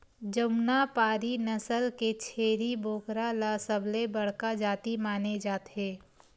जमुनापारी नसल के छेरी बोकरा ल सबले बड़का जाति माने जाथे